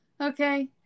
okay